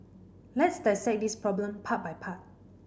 let's dissect this problem part by part